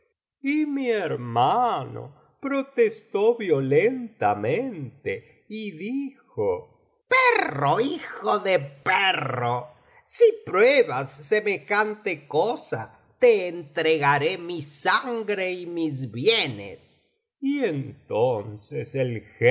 y mi hermano protestó violentamente y dijo perro hijo de perro si pruebas semejante cosa te entregaré mi sangre y mis bienes y entonces el